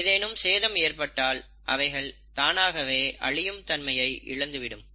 ஏதேனும் சேதம் ஏற்பட்டால் அவைகள் தானாகவே அழியும் தன்மையை இழந்துவிடும்